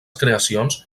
creacions